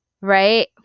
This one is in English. right